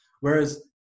Whereas